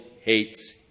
hates